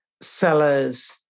sellers